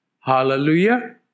hallelujah